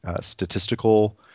statistical